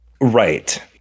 Right